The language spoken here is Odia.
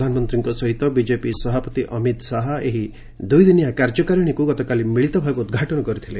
ପ୍ରଧାନମନ୍ତ୍ରୀଙ୍କ ସହିତ ବିଜେପି ସଭାପତି ଅମିତ ଶାହା ଏହି ଦୁଇଦିନିଆ କାର୍ଯ୍ୟକାରିଣୀକୁ ଗତକାଲି ମିଳିତ ଭାବେ ଉଦ୍ଘାଟନ କରିଥିଲେ